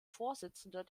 vorsitzender